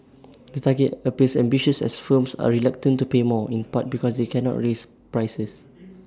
the target appears ambitious as firms are reluctant to pay more in part because they cannot raise prices